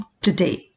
today